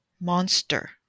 monster